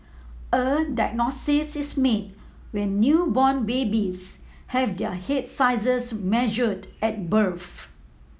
a diagnosis is made when newborn babies have their head sizes measured at birth